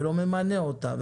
לא ממנה אותה,